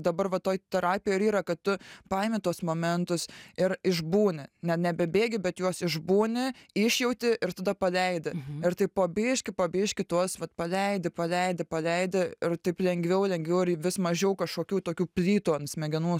dabar va toj terapijoj ir yra kad tu paimi tuos momentus ir išbūni ne nebebėgi bet juos išbūni išjauti ir tada paleidi ir taip po biškį po biškį tuos vat paleidi paleidi paleidi ir taip lengviau lengviau ir vis mažiau kažkokių tokių plytų ant smegenų